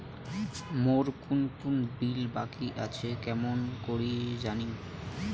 মোর কুন কুন বিল বাকি আসে কেমন করি জানিম?